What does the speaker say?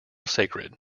sacred